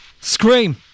Scream